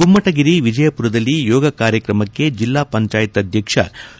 ಗುಮ್ಮಟನಗರಿ ವಿಜಯಪುರದಲ್ಲಿ ಯೋಗ ಕಾರ್ಯಕ್ರಮಕ್ಕೆ ಜಿಲ್ಲಾ ಪಂಜಾಯತ್ ಅಧ್ಯಕ್ಷ